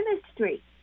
chemistry